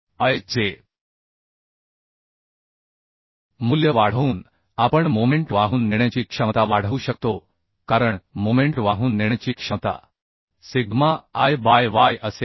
I चे मूल्य वाढवून आपण मोमेंट वाहून नेण्याची क्षमता वाढवू शकतो कारण मोमेंट वाहून नेण्याची क्षमता सिग्मा I बाय y असेल